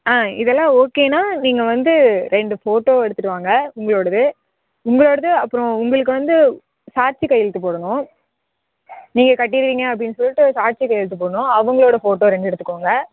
ஆ இதெல்லாம் ஓகேனால் நீங்கள் வந்து ரெண்டு ஃபோட்டோ எடுத்துகிட்டு வாங்க உங்களோடயது உங்களோடயது அப்புறோம் உங்களுக்கு வந்து சாட்சி கையெழுத்து போடணும் நீங்கள் கட்டிடுவீங்க அப்படினு சொல்லிட்டு ஒரு சாட்சி கையெழுத்து போடணும் அவங்களோட ஃபோட்டோ ரெண்டு எடுத்துக்கோங்க